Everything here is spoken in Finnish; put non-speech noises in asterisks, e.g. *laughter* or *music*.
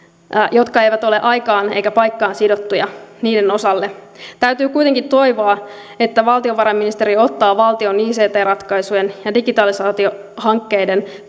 jotka eivät ole aikaan eikä paikkaan sidottuja täytyy kuitenkin toivoa että valtiovarainministeriö ottaa valtion ict ratkaisujen ja digitalisaatiohankkeiden *unintelligible*